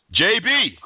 JB